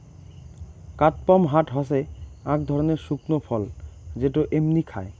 কাদপমহাট হসে আক ধরণের শুকনো ফল যেটো এমনি খায়